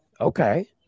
okay